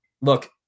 look